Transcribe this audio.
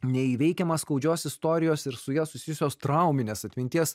neįveikiamą skaudžios istorijos ir su ja susijusios trauminės atminties